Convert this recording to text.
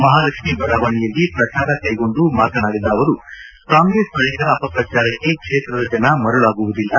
ಮಹಾಲಕ್ಷ್ಮೀ ಬಡಾವಣೆಯಲ್ಲಿ ಪ್ರಚಾರ ಕೈಗೊಂಡ ಮಾತನಾಡಿದ ಅವರು ಕಾಂಗ್ರೆಸ್ ನಾಯಕರ ಅಪಪ್ರಚಾರಕ್ಕೆ ಕ್ಷೇತ್ರದ ಜನ ಮರಳಾಗುವುದಿಲ್ಲ